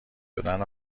شدن